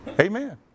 Amen